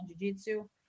jujitsu